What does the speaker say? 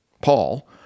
Paul